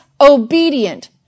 obedient